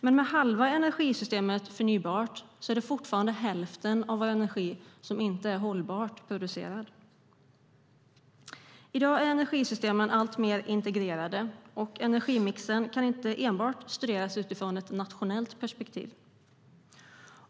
Med halva energisystemet förnybart är det dock fortfarande hälften av vår energi som inte är hållbart producerad. I dag är energisystemen alltmer integrerade, och energimixen kan inte enbart studeras utifrån ett nationellt perspektiv.